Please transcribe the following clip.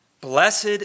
Blessed